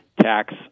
tax